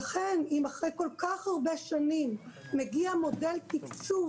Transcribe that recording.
לכן אם אחרי כל כך הרבה שנים מגיע מודל תקצוב